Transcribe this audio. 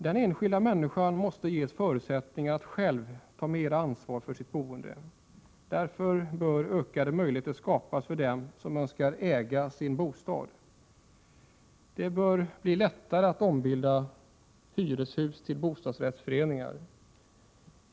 Den enskilda människan måste ges förutsättningar att själv ta mera ansvar för sitt boende. Därför bör ökade möjligheter skapas för dem som önskar äga sin bostad. Det bör bli lättare att ombilda hyreshus till bostadsrättsföreningar.